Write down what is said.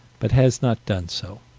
but has not done so.